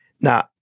Now